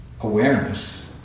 awareness